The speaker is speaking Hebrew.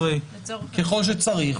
מ-17 ככל שצריך,